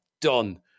done